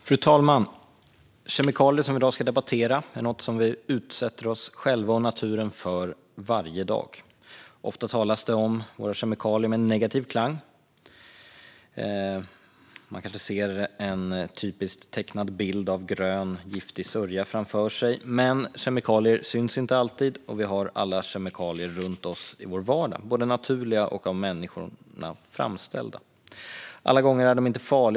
Fru talman! Kemikalier, som vi i dag debatterar, är något som vi utsätter oss själva och naturen för varje dag. Ofta talas det om våra kemikalier med en negativ klang. Man kanske ser en typisk tecknad bild av grön giftig sörja framför sig. Men kemikalier syns inte alltid, och vi har alla kemikalier runt oss i vår vardag, både naturliga och av människor framställda. De är inte farliga alla gånger.